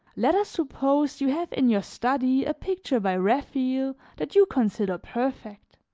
let us suppose you have in your study a picture by raphael that you consider perfect